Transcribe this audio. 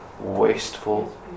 wasteful